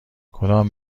کدام